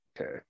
Okay